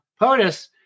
POTUS